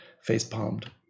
face-palmed